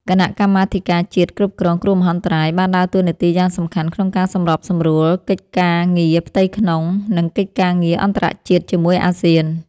គណៈកម្មាធិការជាតិគ្រប់គ្រងគ្រោះមហន្តរាយបានដើរតួនាទីយ៉ាងសំខាន់ក្នុងការសម្របសម្រួលកិច្ចការងារផ្ទៃក្នុង និងកិច្ចការងារអន្តរជាតិជាមួយអាស៊ាន។